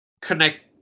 connect